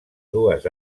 dues